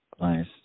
Nice